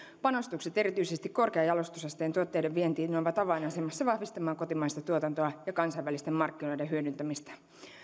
panostukset erityisesti korkean jalostusasteen tuotteiden vientiin ovat avainasemassa vahvistamaan kotimaista tuotantoa ja kansainvälisten markkinoiden hyödyntämistä